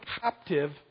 captive